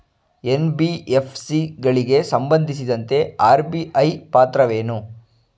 NBFC ಗಳಿಗೆ ಸಂಬಂಧಿಸಿದಂತೆ RBI ಪಾತ್ರವೇನು?